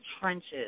trenches